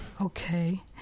Okay